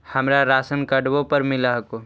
हमरा राशनकार्डवो पर मिल हको?